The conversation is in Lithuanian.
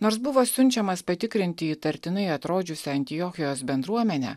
nors buvo siunčiamas patikrinti įtartinai atrodžiusią antiochijos bendruomenę